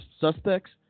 suspects